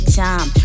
time